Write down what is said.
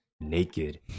naked